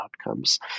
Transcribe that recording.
outcomes